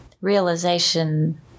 realization